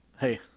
Hey